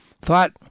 thought